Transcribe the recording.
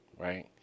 Right